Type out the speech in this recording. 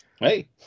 Hey